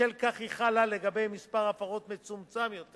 בשל כך היא חלה לגבי מספר הפרות מצומצם יותר